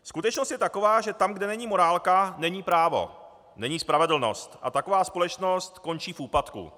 Skutečnost je taková, že tam, kde není morálka, není právo, není spravedlnost a taková společnost končí v úpadku.